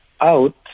out